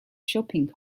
shopping